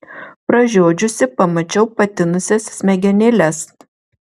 pražiodžiusi pamačiau patinusias smegenėles